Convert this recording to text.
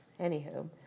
Anywho